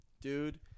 Dude